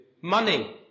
money